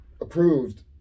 approved